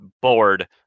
bored